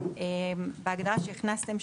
בהגדרה שהכנסתם,